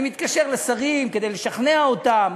אני מתקשר לשרים כדי לשכנע אותם.